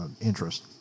interest